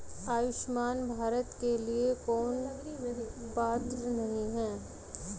आयुष्मान भारत के लिए कौन पात्र नहीं है?